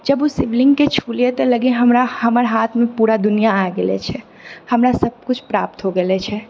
जब उ शिवलिंगके छुलियै तऽ लगै हमरा हमर हाथमे पूरा दुनिया आबि गेलो छै हमरा सबकुछ प्राप्त हो गेलो छै